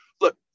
Look